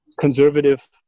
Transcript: conservative